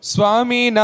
Swami